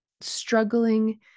struggling